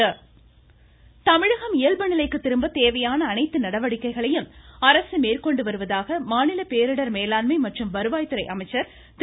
உதயகுமாா் இயல்பு நிலைக்கு திரும்ப தேவையான அனைத்து கமிமகம் நடவடிக்கைகளையும் அரசு மேற்கொண்டு வருவதாக மாநில பேரிடர் மேலாண்மை மற்றும் வருவாய்த் துறை அமைச்சா் திரு